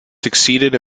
succeeded